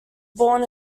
born